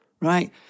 right